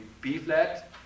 B-flat